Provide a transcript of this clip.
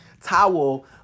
towel